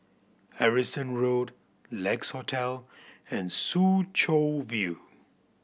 Harrison Road Lex Hotel and Soo Chow View